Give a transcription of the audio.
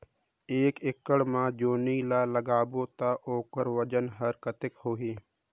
एक एकड़ मा जोणी ला लगाबो ता ओकर वजन हर कते होही?